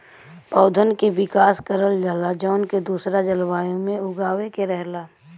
पौधन के विकास करल जाला जौन के दूसरा जलवायु में उगावे के रहला